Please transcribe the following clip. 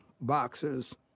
boxers